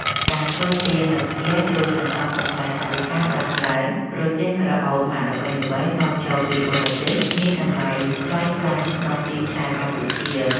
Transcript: ការធ្វើទៀននៅផ្ទះជួយសន្សំសំចៃថវិកាបានច្រើន ព្រោះទៀនក្រអូបម៉ាកល្បីៗនាំចូលពីបរទេសមានតម្លៃថ្លៃខ្លាំងក្នុងទីផ្សារកម្ពុជា។